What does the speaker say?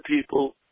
people